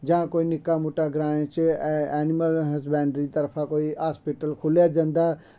तां कोई निक्का मुट्टा ग्राएं च ऐनिमल हसबैंडरी दी तरफा कोई हस्पिटल खोलेआ जंदा